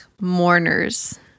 mourners